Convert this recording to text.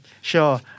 Sure